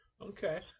Okay